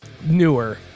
newer